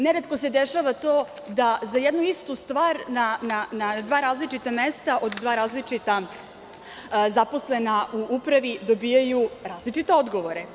Neretko se dešava to da za jednu istu stvar na dva različita mesta od dva različita zaposlena u upravi dobijaju različite odgovore.